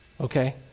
Okay